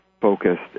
focused